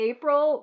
April